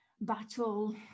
battle